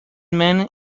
man